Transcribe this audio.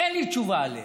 אין לי תשובה עליה.